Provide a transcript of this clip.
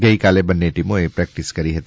ગઈ કાલે બંને ટીમોએ પ્રેક્ટિસ કરી હતી